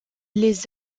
les